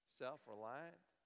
self-reliant